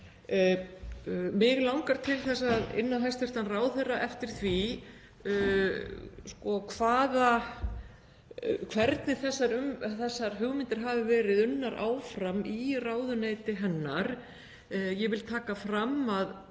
Mig langar til að inna hæstv. ráðherra eftir því hvernig þessar hugmyndir hafi verið unnar áfram í ráðuneyti hennar. Ég vil taka fram að